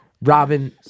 Robin